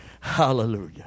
Hallelujah